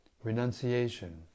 renunciation